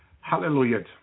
Hallelujah